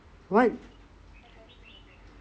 why